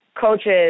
coaches